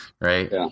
right